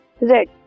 red